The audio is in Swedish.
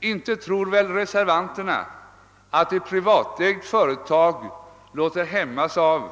Inte tror väl reservanterna att ett privatägt företag låter sig hämmas av